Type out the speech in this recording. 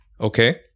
Okay